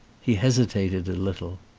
he hesitated a little.